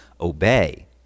obey